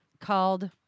called